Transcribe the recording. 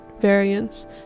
variance